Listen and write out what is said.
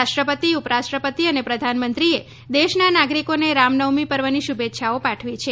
રાષ્ટ્રપતિ ઉપરાષ્ટ્રપતિ અને પ્રધાનમંત્રીએ દેશના નાગરિકોને રામનવમી પર્વની શુભેચ્છા પાઠવી છે